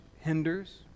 hinders